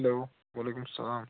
hello وعلیکُم السلام